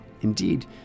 Indeed